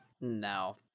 no